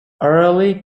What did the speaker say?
early